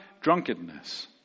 drunkenness